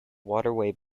waterway